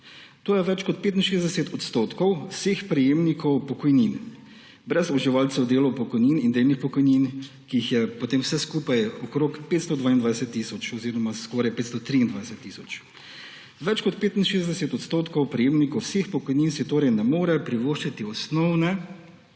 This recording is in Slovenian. To je več kot 65 % vseh prejemnikov pokojnin, brez uživalcev delov pokojnin in delnih pokojnin, ki jih je potem vse skupaj okoli 522 tisoč oziroma skoraj 523 tisoč. Več kot 65 % prejemnikov vseh pokojnin si torej ne more privoščiti osnovne